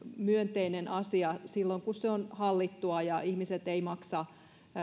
myönteinen asia silloin kun se on hallittua ja ihmiset eivät maksa